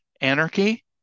anarchy